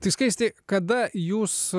tai skaisti kada jūs